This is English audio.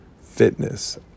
Fitness